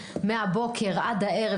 מהבוקר עד הערב,